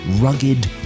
rugged